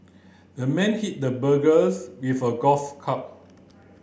the man hit the burglars with a golf club